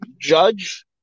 judge